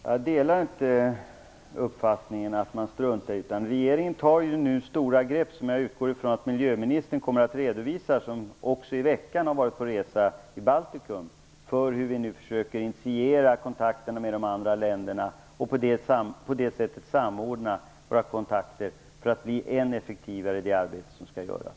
Herr talman! Jag delar inte uppfattningen att vi struntar i det. Regeringen tar ju nu stora grepp - jag utgår ifrån att miljöministern, som i veckan har varit på resa i Baltikum, kommer att redovisa dem och hur vi nu försöker initiera och samordna kontakter med de andra länderna för att bli ännu effektivare i det arbete som skall göras.